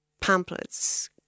pamphlets